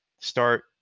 start